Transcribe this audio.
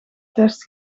test